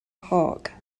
park